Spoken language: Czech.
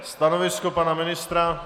Stanovisko pana ministra?